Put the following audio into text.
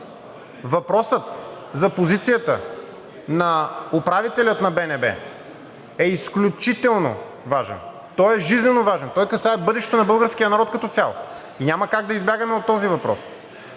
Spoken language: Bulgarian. въпросът за позицията на управителя на БНБ е изключително важен, той е жизненоважен. Той касае бъдещето на българския народ като цяло и няма как да избягаме от този въпрос.